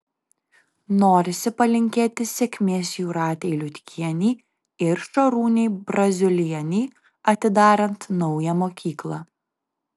norisi palinkėti sėkmės jūratei liutkienei ir šarūnei braziulienei atidarant naują mokyklą